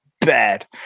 bad